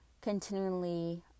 continually